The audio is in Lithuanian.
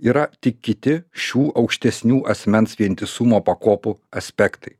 yra tik kiti šių aukštesnių asmens vientisumo pakopų aspektai